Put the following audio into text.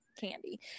candy